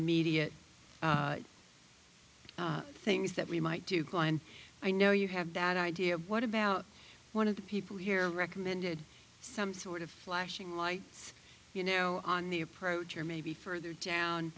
media things that we might do glenn i know you have that idea what about one of the people here recommended some sort of flashing lights you know on the approach or maybe further down